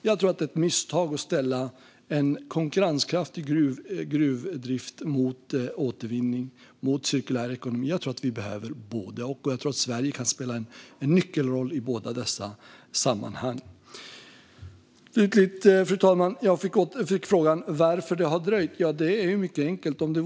Jag tror att det är ett misstag att ställa en konkurrenskraftig gruvdrift mot återvinning och cirkulär ekonomi. Jag tror att vi behöver både och, och jag tror att Sverige kan spela en nyckelroll i båda dessa sammanhang. Fru talman! Jag fick frågan varför det har dröjt, och det är mycket enkelt.